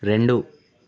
రెండు